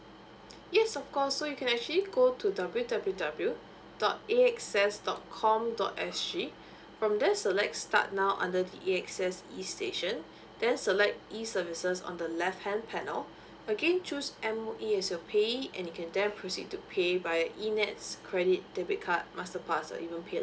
yes of course so you can actually go to the W W W dot A X S dot com dot S G from there select start now under the E X S E station then select E services on the left hand panel again choose M_O_E as your pay and you can then proceed to pay by E_N_E_T_S credit debit card masterpass or even pay